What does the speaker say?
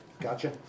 Gotcha